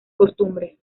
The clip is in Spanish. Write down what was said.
costumbres